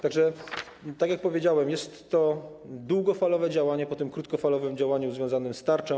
Tak że, tak jak powiedziałem, jest to długofalowe działanie po tym krótkofalowym działaniu związanym z tarczą.